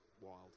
wild